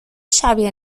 شبیه